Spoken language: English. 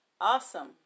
Awesome